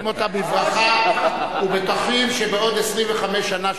אנחנו מקבלים אותה בברכה ובטוחים שבעוד 25 שנה,